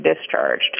discharged